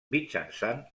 mitjançant